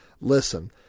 listen